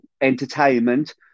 entertainment